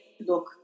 look